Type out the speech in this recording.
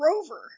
rover